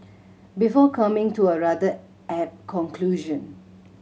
before coming to a rather apt conclusion